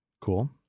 Cool